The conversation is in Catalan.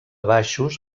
baixos